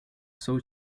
zhou